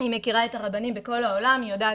היא מכירה את הרבנים בכל העולם והיא יודעת